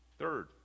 Third